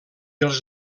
els